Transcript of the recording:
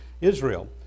Israel